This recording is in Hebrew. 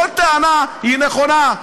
כל טענה היא נכונה.